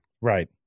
Right